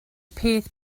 peth